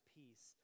peace